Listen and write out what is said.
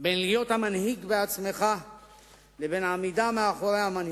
בין להיות המנהיג בעצמו לבין עמידה מאחורי המנהיג.